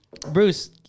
bruce